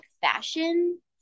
fashion